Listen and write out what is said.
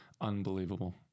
Unbelievable